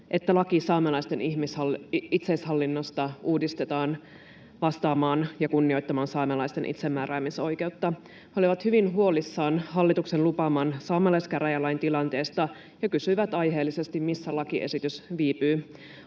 että laki saamelaisten itsehallinnosta uudistetaan vastaamaan ja kunnioittamaan saamelaisten itsemääräämisoikeutta. He olivat hyvin huolissaan hallituksen lupaaman saamelaiskäräjälain tilanteesta. He kysyivät aiheellisesti, missä lakiesitys viipyy.